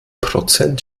prozent